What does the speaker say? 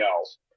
else